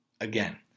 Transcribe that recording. Again